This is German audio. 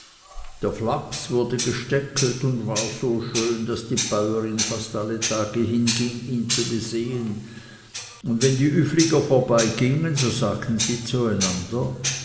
der flachs wurde gesteckelt und war so schön daß die bäurin fast alle tage hinging ihn zu besehen und wenn die üfliger vorbeigingen so sagten sie